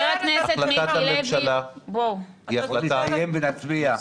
החלטת הממשלה היא החלטה מושכלת --- בואו נסיים ונצביע.